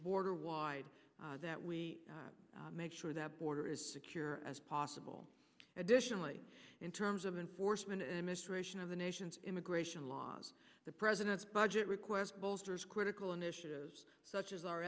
border wide that we make sure that border is secure as possible additionally in terms of enforcement administration of the nation's immigration laws the president's budget request bolsters critical initiatives such as our